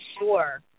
sure